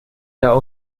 der